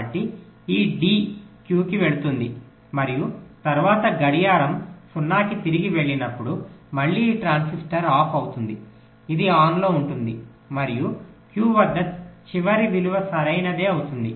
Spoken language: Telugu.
కాబట్టి ఈ D Q కి వెళుతుంది మరియు తరువాత గడియారం 0 కి తిరిగి వెళ్ళినప్పుడు మళ్ళీ ఈ ట్రాన్సిస్టర్ ఆఫ్ అవుతుంది ఇది ఆన్లో ఉంటుంది మరియు Q వద్ద చివరి విలువ సరైనదే అవుతుంది